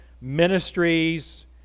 ministries